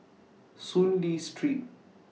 Soon Lee Street